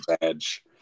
badge